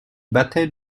battait